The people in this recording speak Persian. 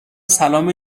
سلام